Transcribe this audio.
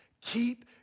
keep